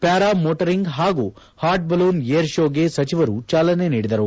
paramotoring ಹಾಗೂ hot balloon air show ಗೆ ಸಚಿವರು ಚಾಲನೆ ನೀಡಿದರು